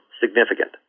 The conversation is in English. significant